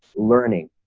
learning